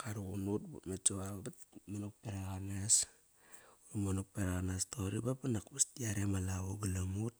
karuqun naut but met sava vat. Utmonak beraq anas. Ut monak beraq anas toqori ba banak vas di yare ma lavo galam ut.